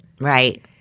Right